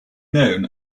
known